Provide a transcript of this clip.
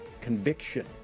conviction